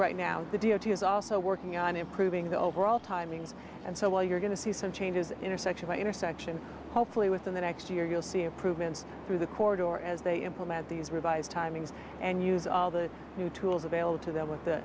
right now the d o t is also working on improving the overall timings and so while you're going to see some changes intersection i intersection hopefully within the next year you'll see improvements through the corridor as they implement these revised timings and use all the new tools available to them with the